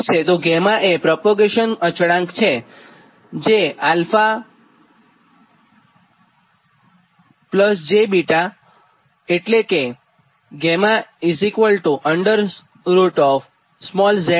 તો 𝛾 એ પ્રપોગેશન અચળાંક છે અને જે 𝛾 𝛼𝑗β zy છે